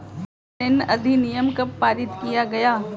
कृषि ऋण अधिनियम कब पारित किया गया?